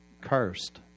cursed